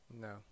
No